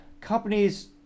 companies